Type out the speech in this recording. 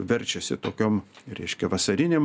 verčiasi tokiom reiškia vasarinėm